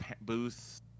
booth